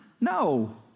No